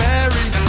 Mary